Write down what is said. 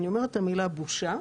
אני אומרת את המילה "בושה"